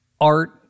Art